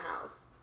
house